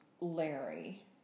Larry